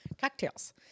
cocktails